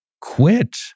quit